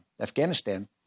Afghanistan